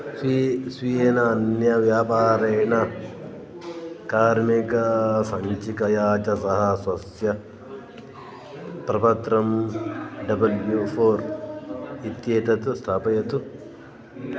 स्वी स्वीयेन अन्यव्यापारेण कार्मिकसञ्चिकया च सह स्वस्य प्रपत्रं डबल्यू फ़ोर् इत्येतत् स्थापयतु